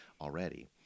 already